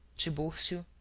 tiburcio,